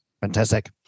Fantastic